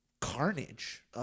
carnage